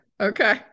okay